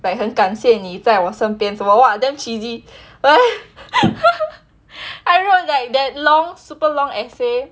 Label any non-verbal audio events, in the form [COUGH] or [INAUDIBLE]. like 很感谢你在我身边什么 !wah! damn cheesy [LAUGHS] I wrote like that long super long essay